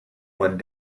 one